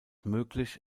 möglich